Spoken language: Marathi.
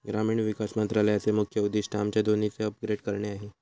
ग्रामीण विकास मंत्रालयाचे मुख्य उद्दिष्ट आमच्या दोन्हीचे अपग्रेड करणे आहे